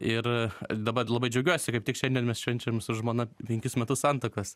ir ir dabar labai džiaugiuosi kaip tik šiandien mes švenčiam su žmona penkis metus santuokos